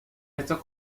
estos